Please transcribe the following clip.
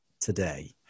today